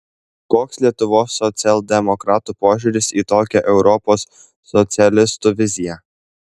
koks lietuvos socialdemokratų požiūris į tokią europos socialistų viziją